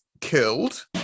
killed